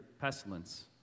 pestilence